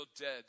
dead